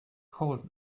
cold